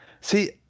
see